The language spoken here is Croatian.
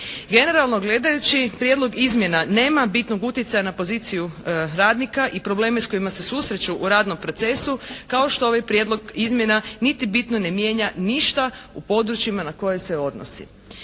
Generalno gledajući prijedlog izmjena nema bitnog utjecaja na poziciju radnika i probleme s kojima se susreću u radnom procesu kao što ovaj prijedlog izmjena niti bitno ne mijenja ništa u područjima na koje se odnosi.